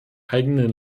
eigenen